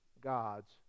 God's